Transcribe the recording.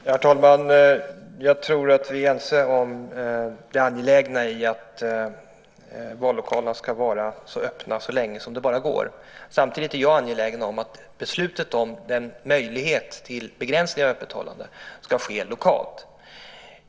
Herr talman! Jag tror att vi är ense om det angelägna i att vallokalerna ska vara öppna så länge som det bara går. Samtidigt är jag angelägen om att beslutet om att möjligen begränsa öppethållandet ska ske lokalt.